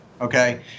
Okay